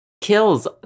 kills